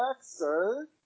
sir